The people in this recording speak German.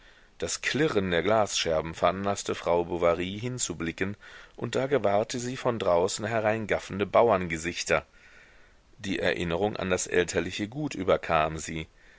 das klirren der glasscherben veranlaßte frau bovary hinzublicken und da gewahrte sie von draußen herein gaffende bauerngesichter die erinnerung an das elterliche gut überkam sie